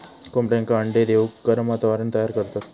कोंबड्यांका अंडे देऊक गरम वातावरण तयार करतत